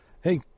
hey